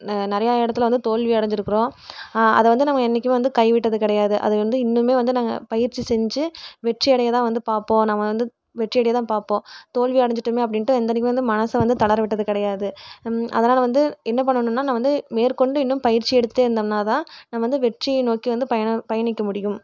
ந நிறையா இடத்துல வந்து தோல்வி அடைஞ்சிருக்கிறோம் அதை வந்து நம்ம என்றைக்குமே வந்து கை விட்டது கிடையாது அதை வந்து இன்னுமே வந்து நாங்கள் பயிற்சி செஞ்சு வெற்றி அடையதான் வந்து பார்ப்போம் நம்ம வந்து வெற்றி அடையதான் பார்ப்போம் தோல்வி அடைஞ்சிட்டோமே அப்படின்ட்டு என்னென்னைக்குமே வந்து மனசை வந்து தளர விட்டது கிடையாது அதனால் வந்து என்ன பண்ணனும்னா நான் வந்து மேற்கொண்டு இன்னும் பயிற்சி எடுத்துகிட்டேருந்தம்ன்னா தான் நம்ம வந்து வெற்றியை நோக்கி வந்து பயணம் பயணிக்க முடியும்